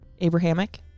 abrahamic